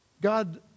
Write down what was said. God